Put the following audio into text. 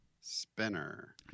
Spinner